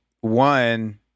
one